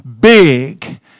big